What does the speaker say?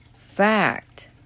fact